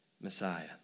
Messiah